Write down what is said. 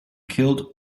killed